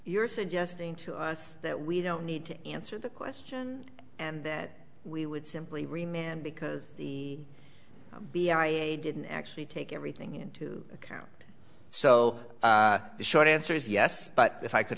you're suggesting to us that we don't need to answer the question and then we would simply remain and because the b i didn't actually take everything into account so the short answer is yes but if i could